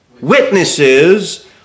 Witnesses